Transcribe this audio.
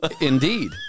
Indeed